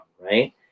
Right